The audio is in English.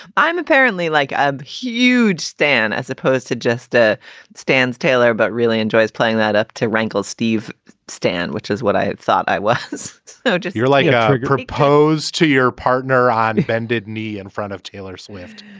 i'm apparently like a huge stann as opposed to just a stand's taylor, but really enjoys playing that up to rankled steve stand, which is what i thought i was so if you're like propose to your partner on bended knee in front of taylor swift,